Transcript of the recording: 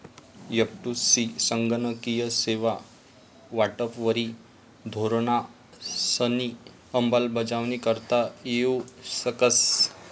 एफ.टु.सी संगणकीय सेवा वाटपवरी धोरणंसनी अंमलबजावणी करता येऊ शकस